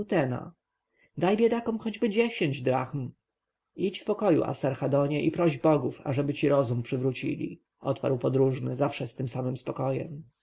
daj biedakom choćby dziesięć drachm idź w pokoju asarhadonie i proś bogów ażeby ci rozum przywrócili odparł podróżny zawsze z tym samym spokojem